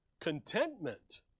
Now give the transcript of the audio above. contentment